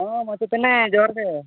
ᱦᱮᱸ ᱢᱟᱪᱮᱛᱟᱹᱱᱤ ᱡᱚᱦᱟᱨ ᱜᱮ